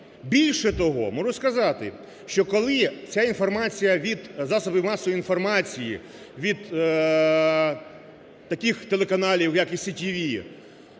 Більше того, можу сказати, що коли ця інформація від засобів масової інформації, від таких телеканалів, як "ІСТV",